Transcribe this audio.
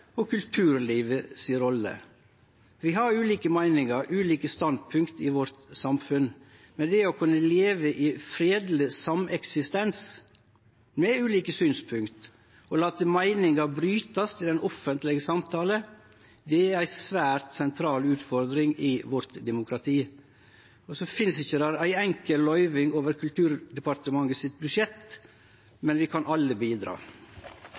til kulturlivet. Vi har ulike meiningar og ulike standpunkt i samfunnet vårt, men å kunne leve i fredeleg sameksistens med ulike synspunkt og late meiningar brytast i den offentlege samtalen er ei svært sentral utfordring i demokratiet vårt. Det finst ikkje ei enkelt løyving over Kulturdepartementets budsjett for dette, men vi kan alle bidra.